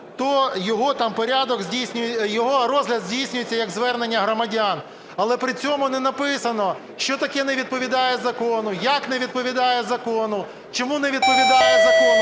його розгляд здійснюється як звернення громадян. Але при цьому не написано, що таке не відповідає закону, як не відповідає закону, чому не відповідає закону.